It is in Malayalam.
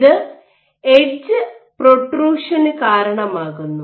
ഇത് എഡ്ജ് പ്രൊട്രുഷന് കാരണമാകുന്നു